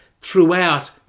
throughout